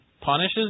punishes